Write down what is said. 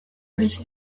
horixe